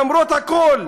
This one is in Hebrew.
למרות הכול,